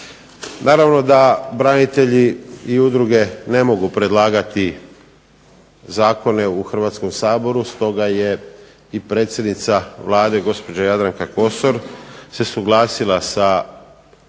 Naravno da branitelji i udruge ne mogu predlagati zakone u Hrvatskom saboru, stoga je i predsjednica Vlade, gospođa Jadranka Kosor se suglasila sa